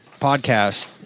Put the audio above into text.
podcast